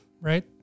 right